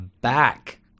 back